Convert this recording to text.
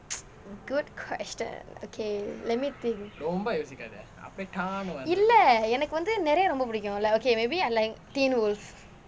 good question okay let me think இல்லை எனக்கு வந்து நிறைய ரொம்ப பிடிக்கும்:illai enakku vanthu niraya romba pidikum like okay maybe I like teen wolf